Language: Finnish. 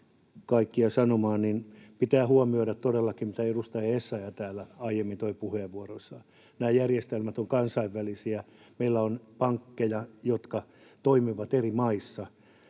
Pitää huomioida todellakin se, mitä edustaja Essayah täällä aiemmin toi esiin puheenvuoroissaan. Nämä järjestelmät ovat kansainvälisiä, meillä on pankkeja, jotka toimivat eri maissa.